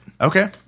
Okay